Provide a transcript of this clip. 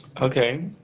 Okay